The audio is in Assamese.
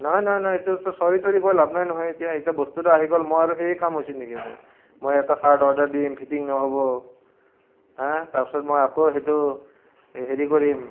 নহয় নহয় নহয় এইটো চৰি তৰি কৈ লাভ নাই নহয় এতিয়া এতিয়া বস্তুটো আহি গ'ল মই আৰু সেইয়ে কাম হৈছে নেকি মোৰ মই এটা চাৰ্ট অৰ্ডাৰ দিম ফিটিং নহ'ব হা তাৰপাছত মই আকৌ সেইটো এ হেৰি কৰিম